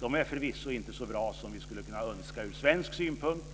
De är förvisso inte så bra som vi skulle kunna önska från svensk synpunkt,